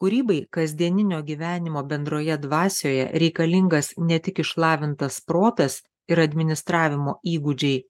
kūrybai kasdieninio gyvenimo bendroje dvasioje reikalingas ne tik išlavintas protas ir administravimo įgūdžiai